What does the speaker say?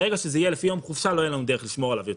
ברגע שזה יהיה לפי יום חופשה לא תהיה לנו דרך לשמור עליו יותר.